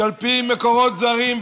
שעל פי מקורות זרים,